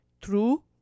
true